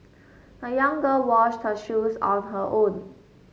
the young girl washed her shoes on her own